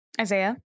Isaiah